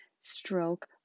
stroke